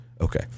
Okay